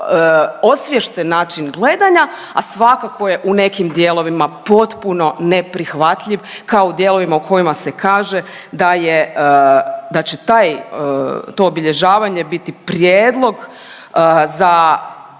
osviješten način gledanja, a svakako je u nekim dijelovima potpuno neprihvatljiv kao u dijelovima u kojima se kaže da je, da će taj to obilježavanje biti prijedlog za